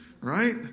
right